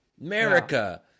America